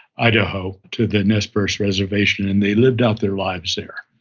idaho, to the nez perce reservation and they lived out their lives there.